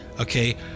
okay